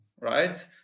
right